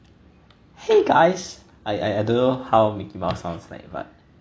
!hey! guys I I don't know how mickey mouse sounds like but